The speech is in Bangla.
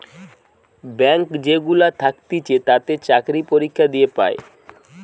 ব্যাঙ্ক যেগুলা থাকতিছে তাতে চাকরি পরীক্ষা দিয়ে পায়